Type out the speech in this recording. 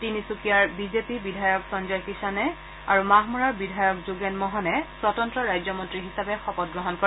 তিনিচুকীয়াৰ বিজেপি বিধায়ক সঞ্জয় কিষানে আৰু মাহমৰাৰ বিধায়ক যোগেন মহনে স্বতন্ত্ৰ ৰাজ্য মন্ত্ৰী হিচাপে শপত গ্ৰহণ কৰে